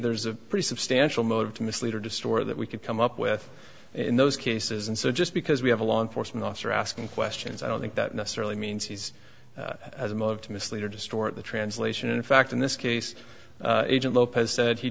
there's a pretty substantial motive to mislead or distort that we could come up with in those cases and so just because we have a law enforcement officer asking questions i don't think that necessarily means he's as a motive to mislead or distort the translation in fact in this case agent lopez